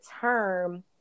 term